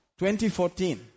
2014